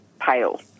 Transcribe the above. pale